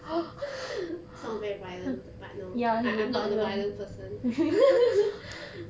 sounds very violent but no I am not a violent person